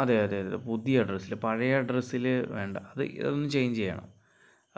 അതെയതെ അതേ പുതിയ അഡ്രസ്സിൽ പഴയ അഡ്രസ്സിൽ വേണ്ട അത് അതൊന്ന് ചേഞ്ച് ചെയ്യണം